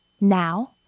Now